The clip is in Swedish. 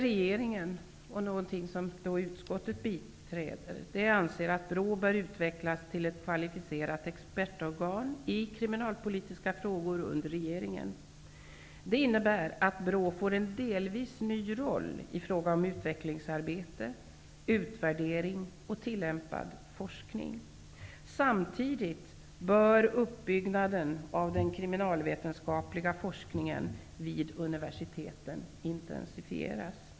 Regeringen anser -- och det biträds också av utskottet -- att BRÅ bör utvecklas till ett kvalificerat expertorgan i kriminalpolitiska frågor under regeringen. Det innebär att BRÅ får en delvis ny roll i fråga om utvecklingsarbete, utvärdering och tillämpad forskning. Samtidigt bör uppbyggnaden av den kriminalvetenskapliga forskningen vid universiteten intensifieras.